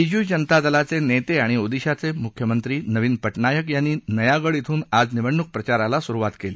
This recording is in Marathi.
बीजू जनता दलाचे नेते आणि ओदिशाचे मुख्यमंत्री नवीन पटनायक यांनी नयागड श्रिन आज निवडणूक प्रचाराला सुरुवात केली